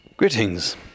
Greetings